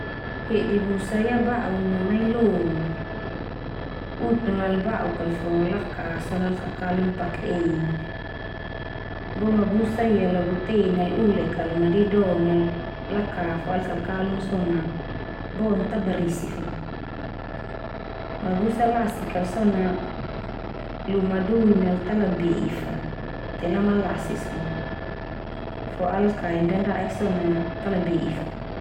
Hedi busa ia bau'n na nai lon na. Utun nal ba'uk kal fo, laka so na al kakalun pake en nal. Boma busa ia la bo te nal ulek kal, ma didon nal laka fo al kakalun so na bon tabarisi fa. Ma busa lasik kal so na luma duin nal ta lebe'i fa te lama lasi so na. Fo ala kae ndanda'ek so na, ta labe'i fa.